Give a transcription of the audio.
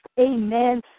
Amen